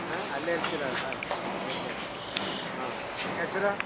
ಆಂ ಅಲ್ಲೇ ಇರ್ತೀರ ಅಲ್ಲವಾ ಹಾಂ ಓಕೆ ಹಾಂ ನಿಮ್ಮ ಹೆಸರು